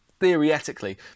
theoretically